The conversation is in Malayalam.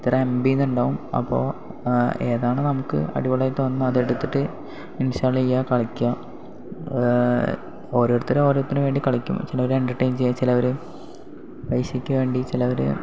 ഇത്ര എം ബി എന്നുണ്ടാവും അപ്പോൾ ഏതാണ് നമുക്ക് അടിപൊളിയായി തോന്നുന്നത് അതെടുത്തിട്ട് ഇൻസ്റ്റാൾ ചെയ്യുക കളിക്കുക ഓരോരുത്തര് ഓരോത്തിന് വേണ്ടി കളിക്കും ചിലവര് എൻ്റർറ്റെൻ ചെയ്യാൻ ചിലവര് പൈസക്ക് വേണ്ടി ചിലവര്